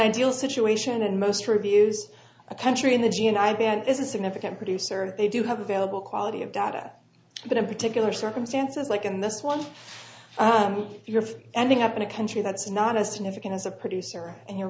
ideal situation in most reviews a country in the g and i band is a significant producer and they do have available quality of data but in particular circumstances like in this one if you're ending up in a country that's not as significant as a producer and you're